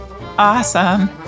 awesome